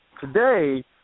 Today